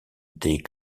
des